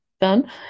Done